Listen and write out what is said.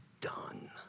done